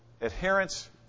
adherence